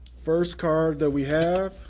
first card that we have,